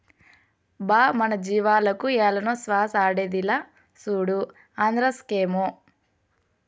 బా మన జీవాలకు ఏలనో శ్వాస ఆడేదిలా, సూడు ఆంద్రాక్సేమో